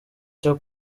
cyo